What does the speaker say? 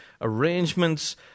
arrangements